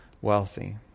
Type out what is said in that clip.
wealthy